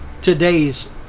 today's